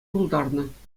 пултарнӑ